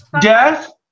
Death